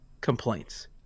complaints